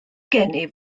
gennyf